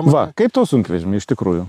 va kaip tau sunkvežimiai iš tikrųjų